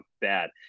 bad